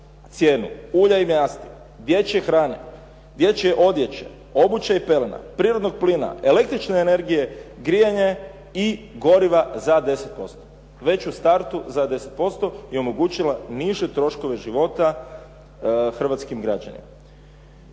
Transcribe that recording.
cijenu ulja i nafte, dječje hrane, dječje odjeće, obuće i pelena, prirodnog plina, električne energije, grijanje i goriva za 10%, već u startu za 10% bi omogućila niže troškove života hrvatskim građanima.